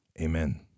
Amen